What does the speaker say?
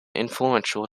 influential